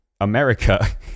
America